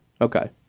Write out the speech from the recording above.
Okay